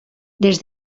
des